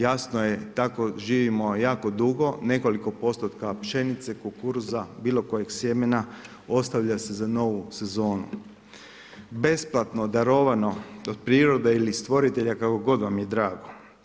Jasno je, tako živimo jako dugo, nekoliko postotka pšenice, kukuruza, bilokojeg sjemena ostavlja se za novu sezonu besplatno darovano, od prirode ili stvoritelja kako god vam je drago.